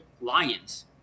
Lions